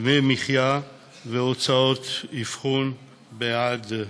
דמי מחיה והוצאות אבחון בעד היתום.